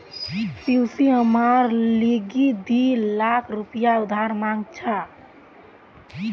पियूष हमार लीगी दी लाख रुपया उधार मांग छ